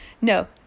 No